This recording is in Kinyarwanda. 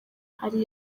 hari